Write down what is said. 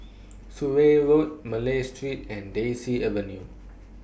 Surrey Road Malay Street and Daisy Avenue